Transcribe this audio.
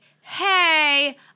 hey